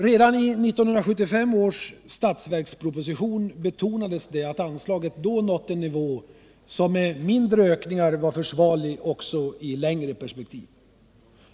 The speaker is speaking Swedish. Redan i 1975 års statsverksproposition betonades att anslaget då nått en nivå som med mindre ökningar var försvarlig också i ett längre perspektiv.